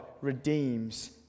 redeems